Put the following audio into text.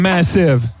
Massive